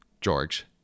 George